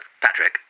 Patrick